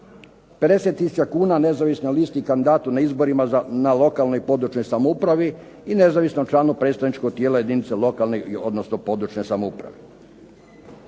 50 tisuća kuna nezavisnoj listi i kandidatu na izborima na lokalnoj i područnoj samoupravi i nezavisnom članu predstavničkog tijela jedinica lokalne odnosno područne samouprave.